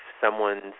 someone's